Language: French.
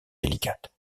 délicates